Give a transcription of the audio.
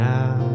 Now